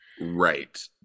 Right